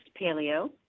paleo